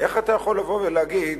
אתה יכול לבוא ולהגיד